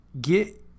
get